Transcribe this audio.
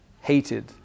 hated